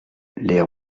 les